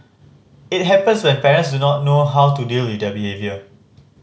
it happens when parents do not know how to deal with their behaviour